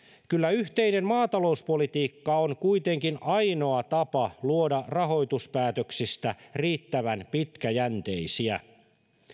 kyllä yhteinen maatalouspolitiikka on kuitenkin ainoa tapa luoda rahoituspäätöksistä riittävän pitkäjänteisiä